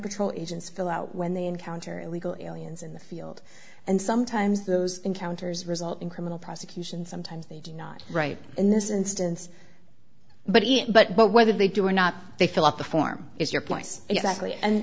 patrol agents fill out when they encounter illegal aliens in the field and sometimes those encounters result in criminal prosecution sometimes they do not right in this instance but it but but whether they do or not they fill up the form is your point exactly and